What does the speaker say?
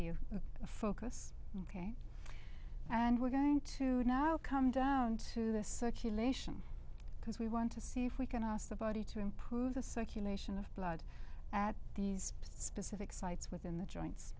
be a focus ok and we're going to now come down to the circulation because we want to see if we can ask the body to improve the circulation of blood at these specific sites within the joints